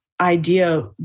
idea